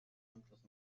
handgriff